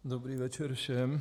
Dobrý večer všem.